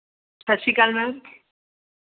ਸਤਿ ਸ਼੍ਰੀ ਅਕਾਲ ਮੈਮ